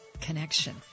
connection